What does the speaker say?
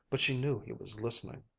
but she knew he was listening.